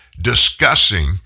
discussing